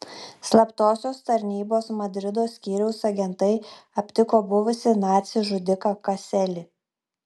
slaptosios tarnybos madrido skyriaus agentai aptiko buvusį nacį žudiką kaselį